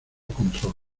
control